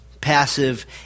passive